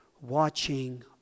watching